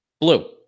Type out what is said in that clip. blue